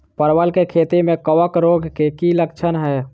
परवल केँ खेती मे कवक रोग केँ की लक्षण हाय?